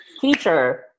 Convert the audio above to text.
teacher